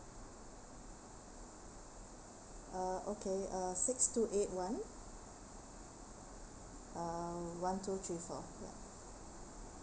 uh okay uh six two eight one uh one two three four ya